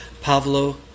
Pavlo